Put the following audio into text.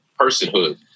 personhood